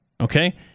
okay